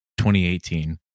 2018